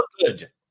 Good